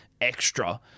extra